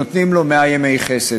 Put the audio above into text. נותנים לו מאה ימי חסד.